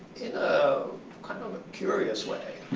in a kind of curious way,